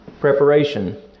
preparation